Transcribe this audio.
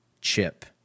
chip